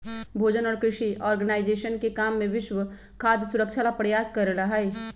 भोजन और कृषि ऑर्गेनाइजेशन के काम विश्व में खाद्य सुरक्षा ला प्रयास करे ला हई